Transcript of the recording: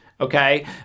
Okay